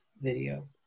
video